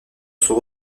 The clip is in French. son